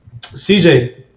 cj